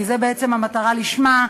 כי זה בעצם המטרה שלשמה,